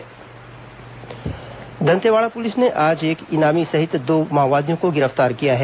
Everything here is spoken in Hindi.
माओवादी गिरफ्तार दंतेवाड़ा पुलिस ने आज एक इनामी सहित दो माओवादियों को गिरफ्तार किया है